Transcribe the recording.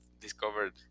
discovered